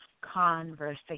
conversation